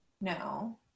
No